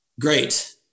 Great